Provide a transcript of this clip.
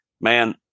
Man